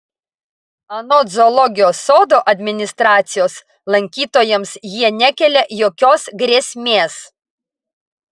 anot zoologijos sodo administracijos lankytojams jie nekelia jokios grėsmės